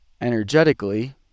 energetically